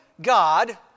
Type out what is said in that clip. God